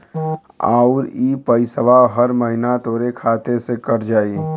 आउर इ पइसवा हर महीना तोहरे खाते से कट जाई